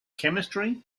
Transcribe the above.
chemistry